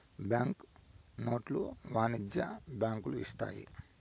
bank నోట్లు వాణిజ్య బ్యాంకులు ఇత్తాయి